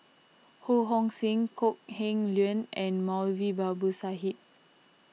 Ho Hong Sing Kok Heng Leun and Moulavi Babu Sahib